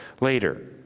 later